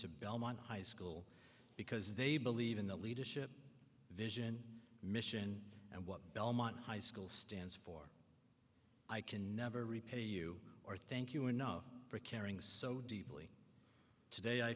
to belmont high school because they believe in the leadership vision mission and what belmont high school stands for i can never repay you or thank you enough for caring so deeply today i